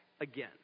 again